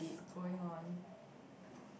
s~ going on